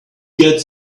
get